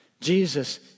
Jesus